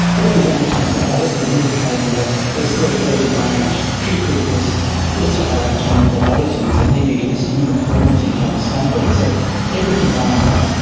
all these anatomical oddities, indicating that they are a very early branch. treecreepers also have anatomical oddities, and then you get this uniformity in other songbirds. so everything lines up.